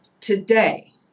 Today